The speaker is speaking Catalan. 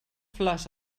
flors